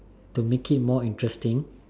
to make it more interesting